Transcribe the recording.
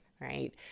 right